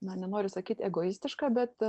na nenoriu sakyt egoistišką bet